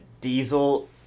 Diesel